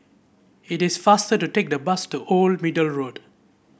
it is faster to take the bus to Old Middle Road